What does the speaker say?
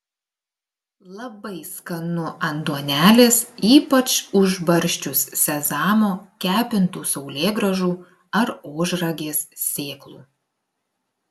labai skanu ant duonelės ypač užbarsčius sezamo kepintų saulėgrąžų ar ožragės sėklų